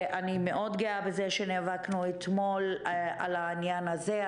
אני מאוד גאה בזה שנאבקנו אתמול על העניין הזה.